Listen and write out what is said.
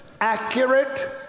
accurate